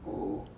oh